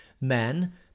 men